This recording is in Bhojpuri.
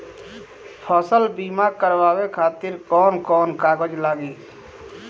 फसल बीमा करावे खातिर कवन कवन कागज लगी?